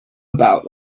about